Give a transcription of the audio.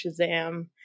Shazam